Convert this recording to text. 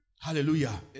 Hallelujah